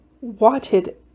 wanted